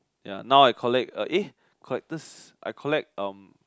ya now I collect uh eh collectors I collect um